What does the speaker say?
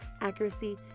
accuracy